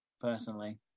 personally